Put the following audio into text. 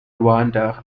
rwanda